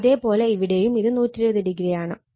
അതേ പോലെ ഇവിടെയും ഇത് 120o ആണ്